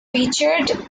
featured